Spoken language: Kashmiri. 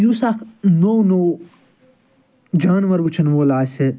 یُس اکھ نوٚو نوٚو جانوَر وٕچھَن وول آسہِ